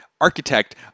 architect